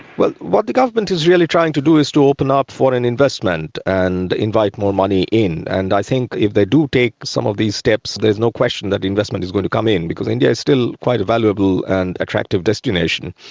what what the government is really trying to do is to open up foreign investment and invite more money in. and i think that if they do take some of these steps, they're no question that investment is going to come in, because india is still quite a valuable and attractive destination.